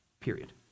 Period